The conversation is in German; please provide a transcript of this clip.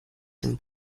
dem